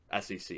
SEC